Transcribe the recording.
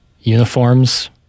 Uniforms